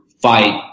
fight